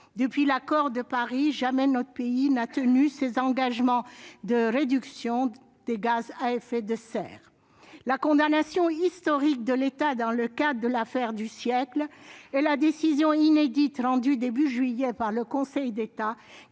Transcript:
Depuis l'accord de Paris, jamais notre pays n'a tenu ses engagements de réduction des émissions de gaz à effet de serre. La condamnation historique de l'État dans le cadre de « l'affaire du siècle » et la décision inédite rendue au début du mois de juillet par le Conseil d'État,